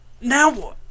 Now